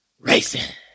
racing